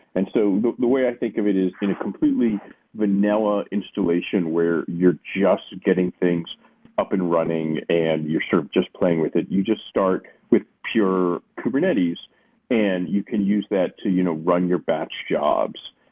and so the way i think of it is in a kind of completely vanilla installation where you're just getting things up and running and your sort of just playing with it. you just start with pure kubernetes and you can use that to you know run your batch jobs.